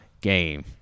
game